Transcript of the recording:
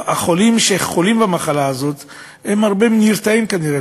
החולים שחולים במחלה הזאת נרתעים כנראה,